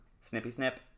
snippy-snip